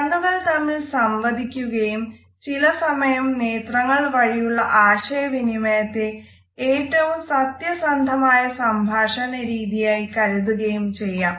കണ്ണുകൾ തമ്മിൽ സംവദിക്കുകയും ചില സമയം നേത്രങ്ങൾ വഴിയുള്ള ആശയവിനിമയത്തെ ഏറ്റവും സത്യസന്ധമായ സംഭാഷണ രീതിയായി കരുതുകയും ചെയ്യാം